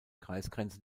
kreisgrenze